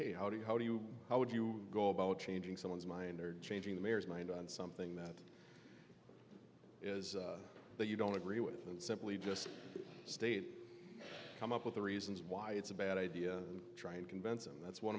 hey how do you how do you how would you go about changing someone's mind or changing the mayor's mind on something that is that you don't agree with and simply just state come up with the reasons why it's a bad idea try and convince him that's one